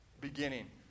beginning